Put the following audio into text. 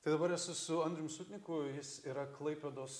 tai dabar esu su andrium sutniku jis yra klaipėdos